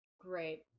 Great